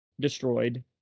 destroyed